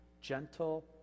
gentle